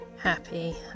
happy